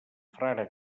frare